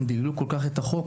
אם דיללו כול כך את החוק,